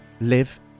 live